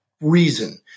reason